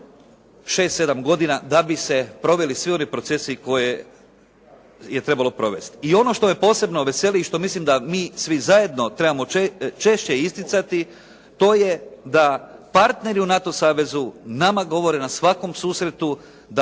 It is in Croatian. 6, 7 godina da bi se proveli svi oni procesi koje je trebalo provesti. I ono što me posebno veseli i što mislim da mi svi zajedno trebamo češće isticati to je da partneri u NATO savezu nama govore u svakom susretu da